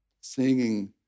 Singing